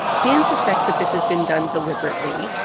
dan suspects that this has been done deliberately,